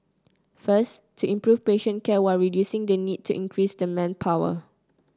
first to improve patient care while reducing the need to increase manpower